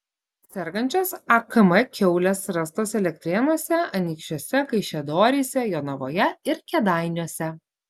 sergančios akm kiaulės rastos elektrėnuose anykščiuose kaišiadoryse jonavoje ir kėdainiuose